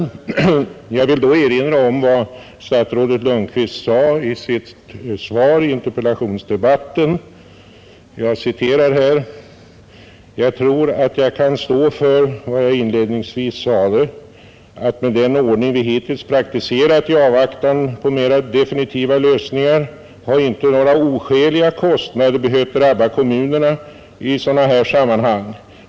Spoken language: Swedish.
Jag vill då erinra om följande uttalande av statsrådet Lundkvist under interpellationsdebatten: ”Jag tror att jag kan stå för vad jag inledningsvis sade, att med den ordning vi hittills praktiserat i avvaktan på mera definitiva lösningar har inte några oskäliga kostnader behövt drabba kommunerna i sådana här sammanhang.